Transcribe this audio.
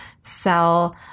Sell